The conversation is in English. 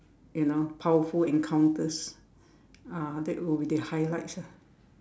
you know powerful encounters ah that will be the highlights ah